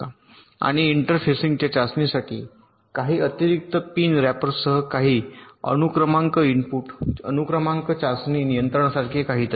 आणि इंटरफेसिंगच्या चाचणीसाठी काही अतिरिक्त पिन रॅपरसह काही अनुक्रमांक इनपुट अनुक्रमांक चाचणी नियंत्रणासारखे काहीतरी